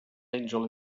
angel